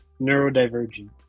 neurodivergent